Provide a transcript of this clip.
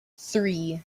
three